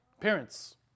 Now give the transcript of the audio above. Parents